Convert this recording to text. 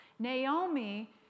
Naomi